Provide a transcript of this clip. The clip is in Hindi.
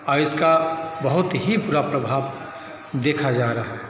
आ इसका बहुत ही प्रा प्रभाव देखा जा रहा है